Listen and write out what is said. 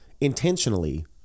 intentionally